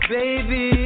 Baby